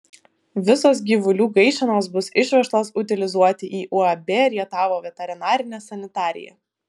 visos gyvulių gaišenos bus išvežtos utilizuoti į uab rietavo veterinarinė sanitarija